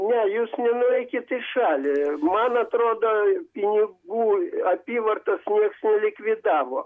ne jūs nenueikit į šalį man atrodo pinigų apyvartos nieks nelikvidavo